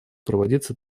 проводиться